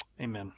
Amen